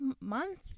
month